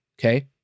okay